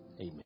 amen